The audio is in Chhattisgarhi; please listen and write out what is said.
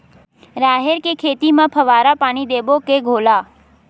राहेर के खेती म फवारा पानी देबो के घोला?